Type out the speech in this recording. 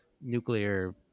nuclear